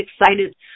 excited